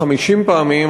50 פעמים,